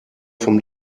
vom